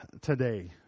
today